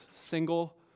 single